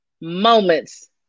moments